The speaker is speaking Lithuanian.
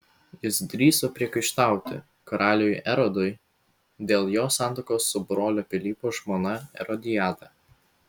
jis drįso priekaištauti karaliui erodui dėl jo santuokos su brolio pilypo žmona erodiada